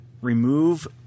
remove